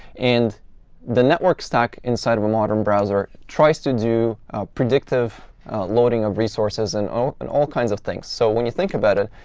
and the network stack inside of a modern browser tries to do predictive loading of resources and and all kinds of things. so when you think about it,